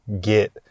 get